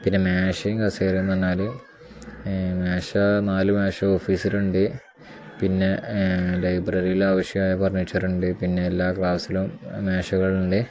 പിന്നെ മേശയും കസേര എന്ന് പറഞ്ഞാൽ മേശ നാല് മേശ ഓഫീസിലുണ്ട് പിന്നെ ലൈബ്രറിയിൽ ആവശ്യമായ ഫർണീച്ചർ ഉണ്ട് പിന്നെ എല്ലാ ക്ലാസ്സിലും മേശകളുമുണ്ട്